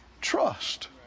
trust